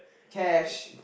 cash